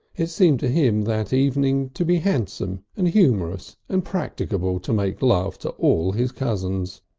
it seemed to him that evening to be handsome and humorous and practicable to make love to all his cousins.